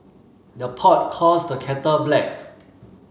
the pot calls the kettle black